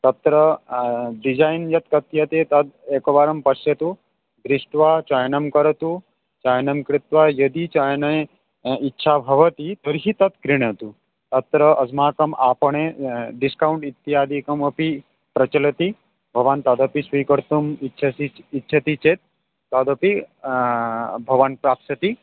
तत्र डिजैन् यत् कथ्यते तद् एकवारं पश्यतु दृष्ट्वा चयनं करोतु चयनं कृत्वा यदि चयने इच्छा भवति तर्हि तत् क्रीणातु अत्र अस्माकम् आपणे डिस्कौण्ट् इत्यादिकम् अपि प्रचलति भवान् तदपि स्वीकर्तुम् इच्छसि इच्छति चेत् तदपि भवान् प्राप्स्यति